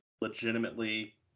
legitimately